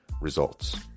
results